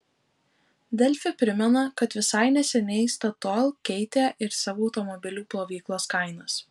delfi primena kad visai neseniai statoil keitė ir savo automobilių plovyklos kainas